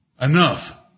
Enough